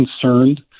concerned